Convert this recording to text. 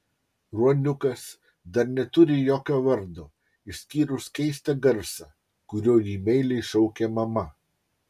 ruoniukas dar neturi jokio vardo išskyrus keistą garsą kuriuo jį meiliai šaukia mama